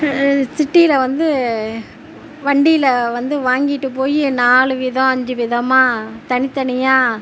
சிட்டியில வந்து வண்டியில வந்து வாங்கிட்டு போய் நாலு வீதம் அஞ்சு விதமாக தனி தனியாக